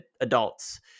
Adults